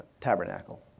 tabernacle